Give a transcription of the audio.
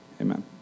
amen